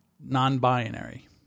non-binary